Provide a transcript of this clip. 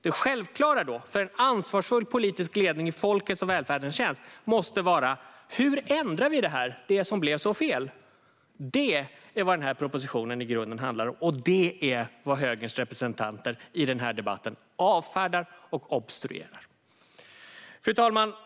Det självklara för en ansvarsfull politisk ledning i folkets och välfärdens tjänst måste ju då vara hur vi ändrar det här som blev så fel. Det är vad den här propositionen i grunden handlar om, och det är vad högerns representanter i den här debatten avfärdar och obstruerar. Fru talman!